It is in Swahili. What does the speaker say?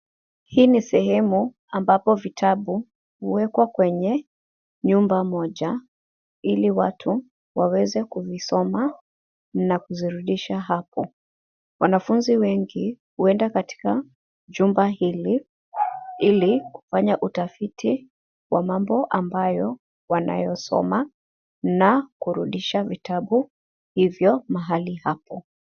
Hii ni sehemu ambapo vitabu huwekwa kwenye nyumba moja ili watu waweze kuvisoma na kuzirudisha hapo. Wanafunzi wengi huenda katika chumba hili ili kufanya utafiti wa mambo ambayo wanayosoma na kurudisha vitabu hivyo mahali hapo.